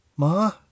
Ma